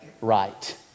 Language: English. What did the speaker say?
right